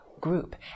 group